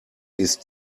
ist